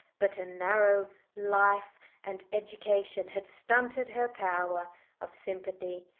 but a narrow life and education had stunted her power of sympathy,